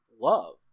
Love